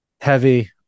heavy